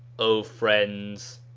oh friends,